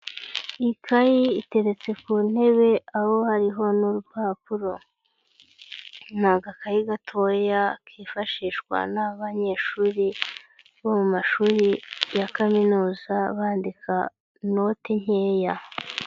Ikayi iteretse ku ntebe aho hariho n'urupapuro, ni agakayi gatoya kifashishwa n'abanyeshuri bo mu mashuri ya kaminuza, bandika note nkeya.